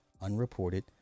unreported